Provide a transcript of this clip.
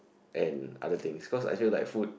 and other things because I just like food